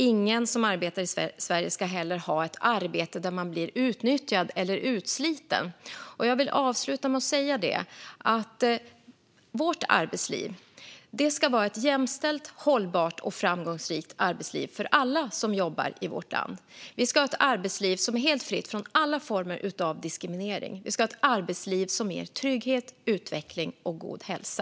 Ingen som arbetar i Sverige ska heller ha ett arbete där man blir utnyttjad eller utsliten. Jag vill avsluta med följande ord. Vårt arbetsliv ska vara ett jämställt, hållbart och framgångsrikt arbetsliv för alla som jobbar i vårt land. Vi ska ha ett arbetsliv som är helt fritt från alla former av diskriminering. Vi ska ha ett arbetsliv som ger trygghet, utveckling och god hälsa.